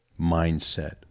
mindset